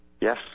Yes